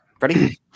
Ready